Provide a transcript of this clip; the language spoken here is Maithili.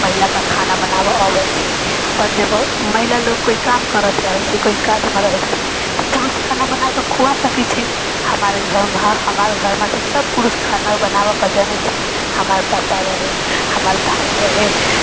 महिलाके खाना बनाबै अबै छै पर जब महिला लोक कोइ काम करत रहै छै कोइ काजमे रहै छै तऽ पुरुष खाना बनाकऽ खुआ सकै छै हमार घरमे हमार घरमे तऽ सब पुरुष खाना बनाबै जनै छै हमार पप्पा रहै हमार भाइ रहै